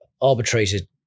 arbitrated